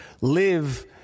live